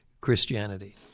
Christianity